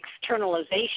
externalization